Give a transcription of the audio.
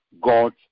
God